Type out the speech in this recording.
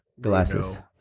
glasses